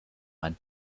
kind